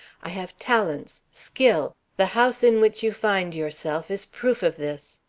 i have talents, skill. the house in which you find yourself is proof of this.